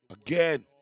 again